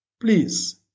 Please